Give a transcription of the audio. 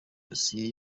dosiye